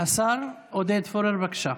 השר עודד פורר, בבקשה.